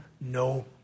no